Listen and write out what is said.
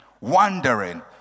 Wandering